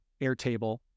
Airtable